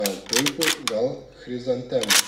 gal tulpių gal chrizantemų